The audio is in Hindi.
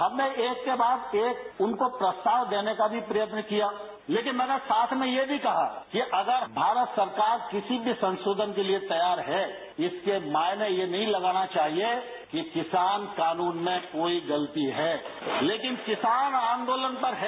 हमने एक के बाद एक उनको प्रस्ध्ताव देने का भी प्रयत्न किया लेकिन मैंने साथ में यह भी कहा कि अगर भारत सरकार किसी भी संशोधन के लिए तैयार है इसके मायने यह नहीं लगाना चाहिए कि किसान कानून में कोई गलती है लेकिन किसान आंदोलन पर है